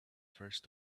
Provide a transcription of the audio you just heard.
first